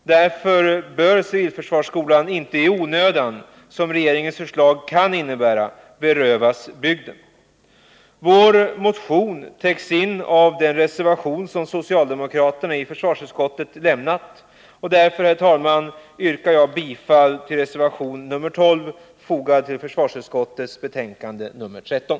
Därför bör civilförsvarsskolan inte i onödan, som regeringens förslag kan innebära, berövas bygden. Vår motion följs upp i reservation nr 12 fogad till försvarsutskottets betänkande nr 13, vilken avlämnats av de socialdemokratiska ledamöterna i utskottet. Jag yrkar därför, herr talman, bifall till denna reservation.